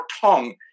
tongue